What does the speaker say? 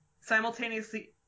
simultaneously